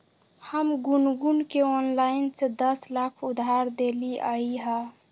हम गुनगुण के ऑनलाइन से दस लाख उधार देलिअई ह